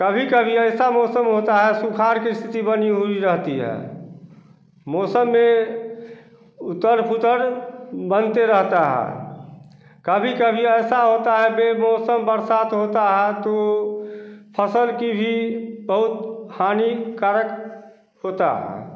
कभी कभी ऐसा मौसम होता है सुखाड़ की स्थिति बनी हुई रहती है मौसम में उतर फुतर बनते रहता है कभी कभी ऐसा होता है बेमौसम बरसात होता है तो फ़सल की भी बहुत हानिकारक होता है